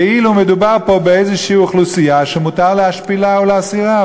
כאילו מדובר פה באיזושהי אוכלוסייה שמותר להשפילה ולהסירה.